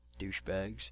Douchebags